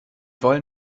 wollen